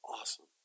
awesome